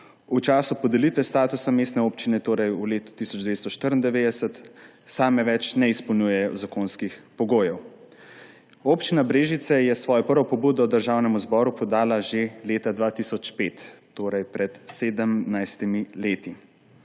v času podelitve statusa mestne občine, torej v letu 1994, same več ne izpolnjujejo zakonskih pogojev. Občina Brežice je svojo prvo pobudo Državnemu zboru podala že leta 2005, torej pred 17 leti.